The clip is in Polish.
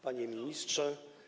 Panie Ministrze!